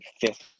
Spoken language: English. fifth